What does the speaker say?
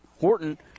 Horton